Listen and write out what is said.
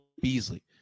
Beasley